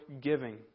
giving